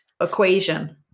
equation